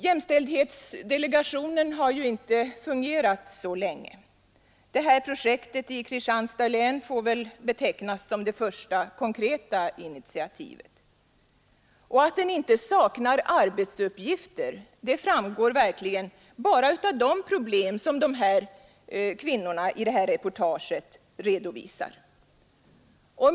Jämställdhetsdelegationen har ju inte fungerat så länge. Projektet i Kristianstads län får väl betecknas som det första konkreta initiativet. Att den inte saknar arbetsuppgifter, framgår verkligen bara av de problem som kvinnorna i detta reportage redovisar.